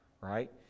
right